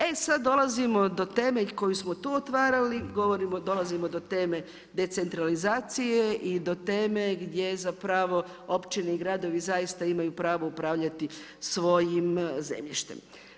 E sada dolazimo do teme koju smo i tu otvarali, dolazimo do teme decentralizacije i do teme gdje zapravo općine i gradovi zaista imaju pravo upravljati svojim zemljištem.